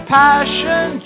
passion